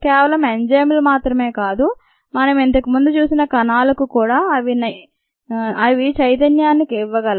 కేవలం ఎంజైములు మాత్రమే కాదు మనం ఇంతకు ముందు చూసిన కణాలకు కూడా అవి నిచైతన్యాన్ని ఇవ్వగలవు